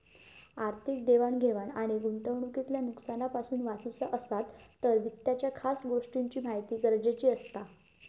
आर्थिक देवाण घेवाण आणि गुंतवणूकीतल्या नुकसानापासना वाचुचा असात तर वित्ताच्या खास गोष्टींची महिती गरजेची असता